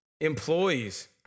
Employees